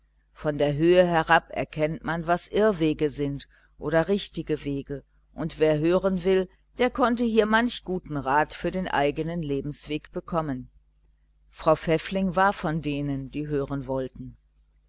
von der höhe herab erkennt man was irrwege sind oder richtige wege und wer hören wollte der konnte hier manch guten rat für den eigenen lebensweg bekommen frau pfäffling war von denen die hören wollten